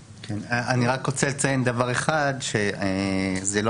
אני רק רוצה לציין דבר אחד, במקרה